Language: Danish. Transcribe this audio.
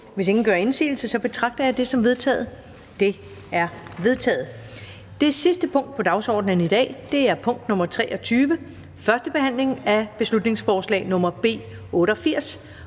Hvis ingen gør indsigelse, betragter jeg det som vedtaget. Det er vedtaget. --- Det sidste punkt på dagsordenen er: 23) 1. behandling af beslutningsforslag nr. B 88: